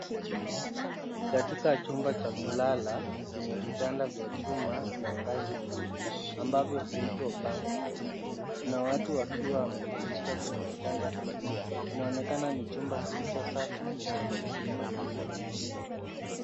Ni katika chumba cha kulala chenye vitanda vya chuma, vya ngazi mbili, ambavyo huitwa bunk beds .Kuna watu wakiwa wamepumzika kwenye vitanda hivyo. Inaonekana ni chumba kilicho safi na chenye mpangilio mzuri.